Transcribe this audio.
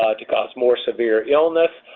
ah to cause more severe illness,